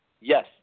Yes